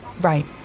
Right